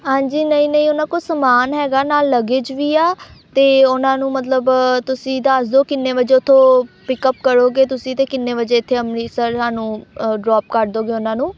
ਹਾਂਜੀ ਨਹੀਂ ਨਹੀਂ ਉਹਨਾਂ ਕੋਲ ਸਮਾਨ ਹੈਗਾ ਨਾਲ ਲੱਗੇਜ਼ ਵੀ ਆ ਅਤੇ ਉਹਨਾਂ ਨੂੰ ਮਤਲਬ ਤੁਸੀਂ ਦੱਸਦੋ ਕਿੰਨੇ ਵਜੇ ਉੱਥੋਂ ਪਿਕਅੱਪ ਕਰੋਗੇ ਤੁਸੀਂ ਅਤੇ ਕਿੰਨੇ ਵਜੇ ਇੱਥੇ ਅੰਮ੍ਰਿਤਸਰ ਸਾਨੂੰ ਡਰੋਪ ਕਰ ਦਿਓਗੇ ਉਹਨਾਂ ਨੂੰ